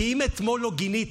כי אם אתמול לא גיניתם,